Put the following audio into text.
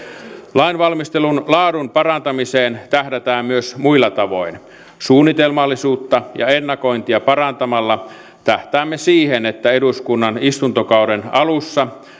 lainvalmistelun laadun parantamiseen tähdätään myös muilla tavoin suunnitelmallisuutta ja ennakointia parantamalla tähtäämme siihen että eduskunnan istuntokauden alussa